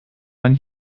man